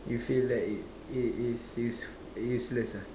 you feel that it it is use useless ah